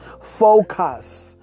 Focus